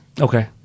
Okay